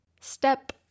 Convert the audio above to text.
Step